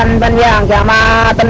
yeah la la but